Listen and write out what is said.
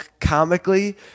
comically